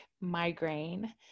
migraine